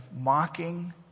mocking